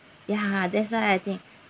ya that's why I think